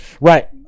Right